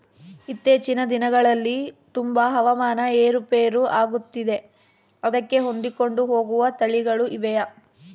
ಇತ್ತೇಚಿನ ದಿನಗಳಲ್ಲಿ ತುಂಬಾ ಹವಾಮಾನ ಏರು ಪೇರು ಆಗುತ್ತಿದೆ ಅದಕ್ಕೆ ಹೊಂದಿಕೊಂಡು ಹೋಗುವ ತಳಿಗಳು ಇವೆಯಾ?